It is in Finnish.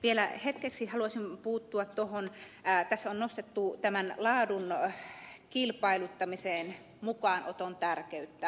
vielä hetkeksi haluaisin puuttua tuohon kun tässä on nostettu laadun kilpailuttamisen mukaanoton tärkeyttä